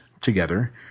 together